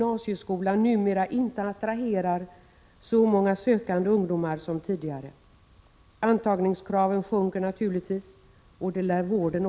Andra betydelsefulla faktorer är lönesättning och attityder till yrket.